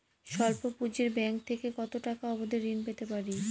স্বল্প পুঁজির ব্যাংক থেকে কত টাকা অবধি ঋণ পেতে পারি?